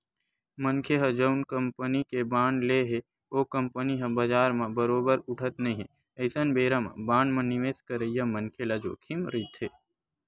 मनखे ह जउन कंपनी के बांड ले हे ओ कंपनी ह बजार म बरोबर उठत नइ हे अइसन बेरा म बांड म निवेस करइया मनखे ल जोखिम रहिथे